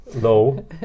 low